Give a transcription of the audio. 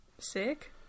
Sick